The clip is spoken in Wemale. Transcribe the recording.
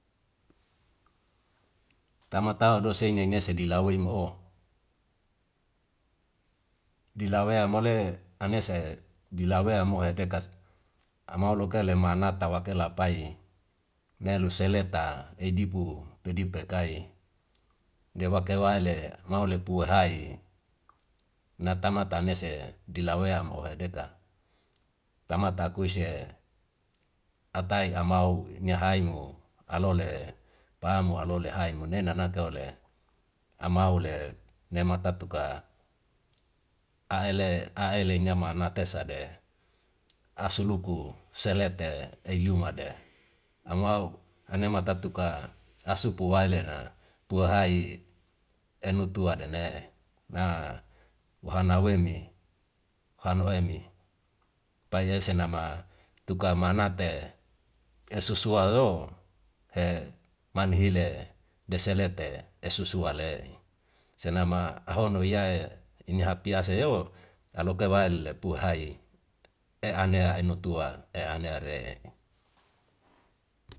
Tamatawa dosa ngengese di lau em'o, di lau mole anesa di lau mo dekas. Amau loko le manat tawakela pai, nelu selepta eidipu pedip kaikai dewake wai le mau le puhai natama tanese di lau deka. Tama ta akui se atai amau ini haimu alo le, pamu alo le haimu ne nanaka o'le amau le nema taktuka a'ele niama na tesade asuluku selepte eilu made. Amau anema taktuka asupu wai lena pua hai enu tua dane na wahana welni han oimi payese nama tuka mana te esusua lo man hile deselep te esusua le. Senama aho nia ini hapiyasa yowo aloka wae lepu hai e'anea eno tua e'anea re.